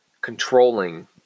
controlling